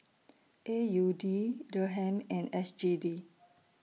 A U D Dirham and S G D